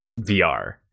VR